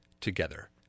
together